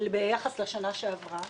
ביחס לשנה שעברה.